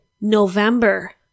November